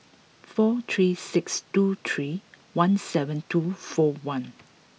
four three six two three one seven two four one